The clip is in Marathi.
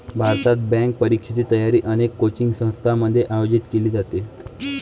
भारतात, बँक परीक्षेची तयारी अनेक कोचिंग संस्थांमध्ये आयोजित केली जाते